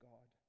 God